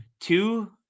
two